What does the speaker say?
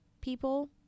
people